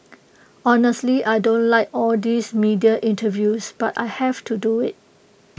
honestly I don't like all these media interviews but I have to do IT